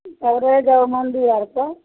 ताबऽ रहि जाउ मन्दिर आरपर